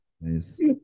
Nice